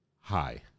hi